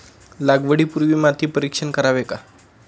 लागवडी पूर्वी माती परीक्षण करावे का?